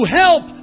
help